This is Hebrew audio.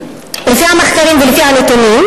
לפי המחקרים ולפי הנתונים,